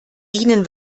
ihnen